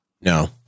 No